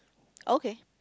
okay